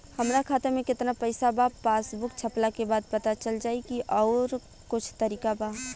हमरा खाता में केतना पइसा बा पासबुक छपला के बाद पता चल जाई कि आउर कुछ तरिका बा?